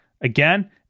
again